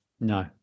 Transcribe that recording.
No